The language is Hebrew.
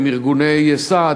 ארגוני סעד,